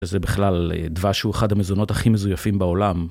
וזה בכלל דבש הוא אחד המזונות הכי מזויפים בעולם.